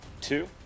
two